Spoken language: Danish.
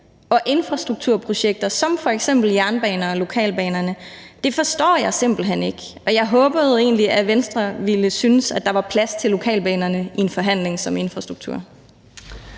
og infrastrukturprojekter som f.eks. jernbanerne og lokalbanerne. Det forstår jeg simpelt hen ikke. Jeg håbede egentlig, at Venstre ville synes, at der var plads til lokalbanerne i en forhandling som